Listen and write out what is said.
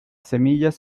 semillas